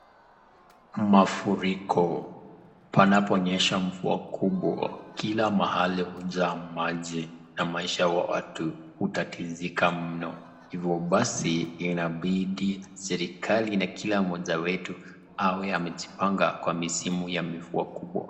Mafuriko panapo nyesha mvua kubwa, kila mahali hujaa maji na maisha ya watu hatatizika mno, hivyo basi inabidi serikali na kila mmoja wetu awe amejipanga kwa misimu ya mvua kubwa.